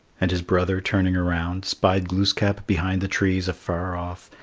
and his brother, turning around, spied glooskap behind the trees afar off,